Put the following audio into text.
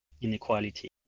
inequality